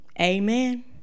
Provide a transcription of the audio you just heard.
Amen